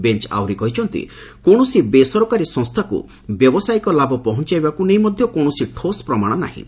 bench ଆହୁରି କହିଛନ୍ତି କୌଣସି ବେସରକାରୀ ସଂସ୍ଥାକୁ ବ୍ୟବସାୟିକ ଲାଭ ପହଞ୍ଚାଇବାକୁ ନେଇ ମଧ୍ୟ କୌଣସି ଠୋସ୍ ପ୍ରମାଣ ନାହିଁ